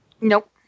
Nope